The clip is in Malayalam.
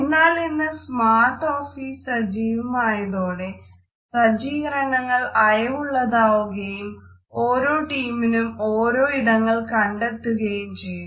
എന്നാലിന്ന് സ്മാർട്ട് ഓഫീസ് സജീവമായതോടെ സജ്ജീകരണങ്ങൾ അയവുള്ളതാവുകയും ഓരോ ടീമിനും ഓരോ ഇടങ്ങൾ കണ്ടെത്തുകയും ചെയ്യുന്നു